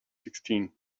sixteen